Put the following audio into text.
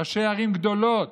ראשי ערים גדולות